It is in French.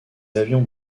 avions